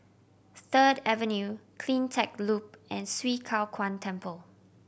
Third Avenue Cleantech Loop and Swee Kow Kuan Temple